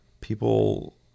People